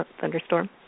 thunderstorm